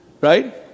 right